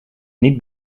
niet